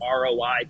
ROI